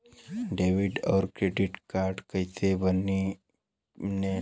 Debit और credit card कईसे बने ने ला?